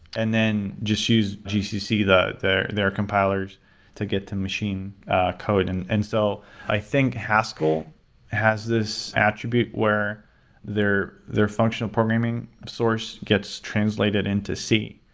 and then just use gcc to their their compilers to get the machine code. and and so i think haskell has this attribute where their their functional programming source gets translated into c,